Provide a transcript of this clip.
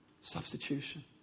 Substitution